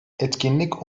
etkinlik